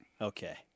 okay